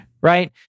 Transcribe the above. right